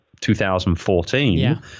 2014